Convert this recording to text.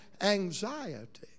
anxiety